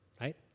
right